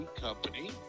Company